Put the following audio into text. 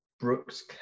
Brooks